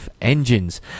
engines